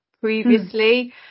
previously